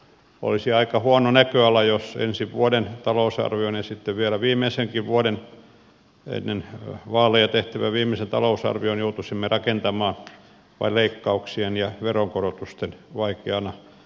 olisi aika huono näköala jos ensi vuoden talousarvion ja sitten vielä viimeisenkin ennen vaaleja tehtävän viimeisen talousarvion joutuisimme rakentamaan vain leikkauksien ja veronkorotusten vaikeana sokkelona